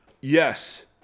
Yes